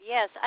Yes